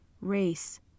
Race